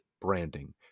branding